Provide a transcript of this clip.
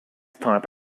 type